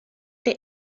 the